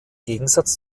gegensatz